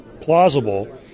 plausible